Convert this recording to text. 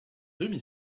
demi